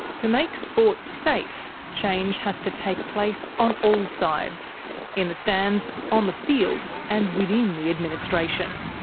to make sport safe, change has to take place on all sides in the stands, on the field, and within the administration.